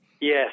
Yes